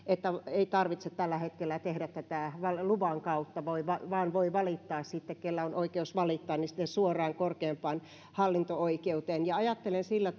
ei tarvitse tällä hetkellä tehdä tätä luvan kautta vaan voi valittaa sitten kenellä on oikeus valittaa suoraan korkeimpaan hallinto oikeuteen ajattelen sillä